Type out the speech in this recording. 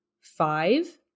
five